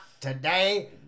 today